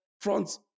France